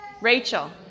Rachel